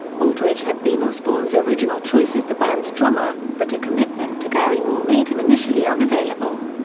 aldridge had been osbourne's original choice as the band's drummer, but a commitment to gary moore made him initially unavailable.